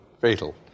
fatal